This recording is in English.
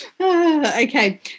Okay